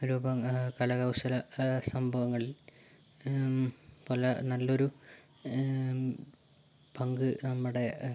കരകൗശല സംഭവങ്ങൾ പല നല്ലൊരു പങ്ക് നമ്മുടെ